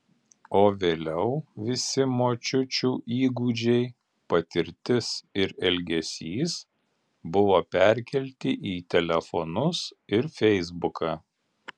o vėliau visi močiučių įgūdžiai patirtis ir elgesys buvo perkelti į telefonus ir feisbuką